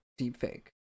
deepfake